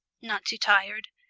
not too tired,